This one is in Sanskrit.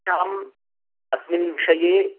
तेषाम् अस्मिन् विषये